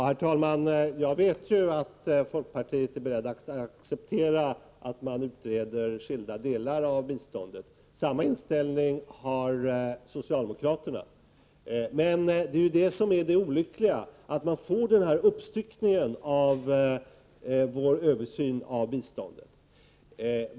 Herr talman! Jag vet ju att folkpartiet är berett att acceptera att man utreder skilda delar av biståndet. Samma inställning har socialdemokraterna. Men det olyckliga är ju att det blir en uppstyckning av vår översyn av biståndet.